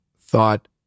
thought